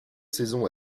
saison